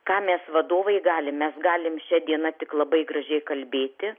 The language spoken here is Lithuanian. ką mes vadovai galim mes galim šia diena tik labai gražiai kalbėti